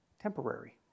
temporary